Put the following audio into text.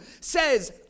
says